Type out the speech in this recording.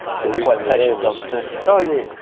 so quite patient dogs, too? oh yeah.